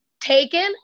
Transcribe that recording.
taken